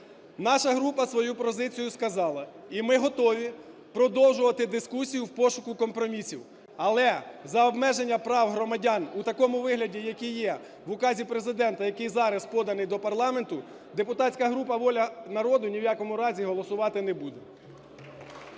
Наша група свою позицію сказала, і ми готові продовжувати дискусію в пошуку компромісів, але за обмеження прав громадян у такому вигляді, який є в Указі Президента, який зараз поданий до парламенту, депутатська група "Воля народу" ні в якому разі голосувати не буде.